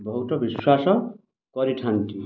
ବହୁତ ବିଶ୍ୱାସ କରିଥାନ୍ତି